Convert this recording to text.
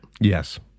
Yes